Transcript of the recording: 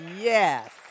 Yes